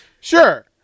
sure